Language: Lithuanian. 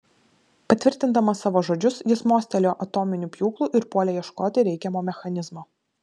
patvirtindamas savo žodžius jis mostelėjo atominiu pjūklu ir puolė ieškoti reikiamo mechanizmo